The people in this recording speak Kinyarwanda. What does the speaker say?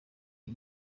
iyi